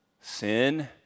sin